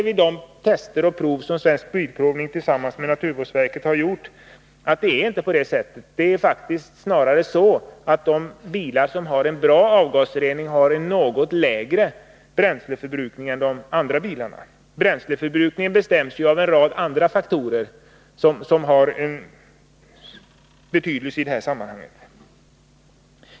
Vid de tester och prov som Svensk bilprovning tillsammans med naturvårdsverket har gjort har det visat sig att avgasrening inte medför ökad bränsleåtgång. Det är snarare så att de bilar som har en bra avgasrening har en något lägre bränsleförbrukning än andra bilar. Bränsleförbrukningen bestäms ju av en rad andra faktorer.